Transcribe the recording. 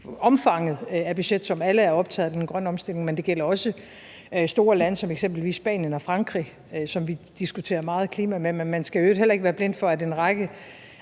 omfanget af budgettet, som alle er optaget af i forbindelse med den grønne omstilling, men det gælder også store lande som eksempelvis Spanien og Frankrig, som vi diskuterer meget klima med. Men man skal i øvrigt heller ikke være blind for, at en række